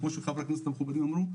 כמו שחברי הכנסת המכובדים אמרו.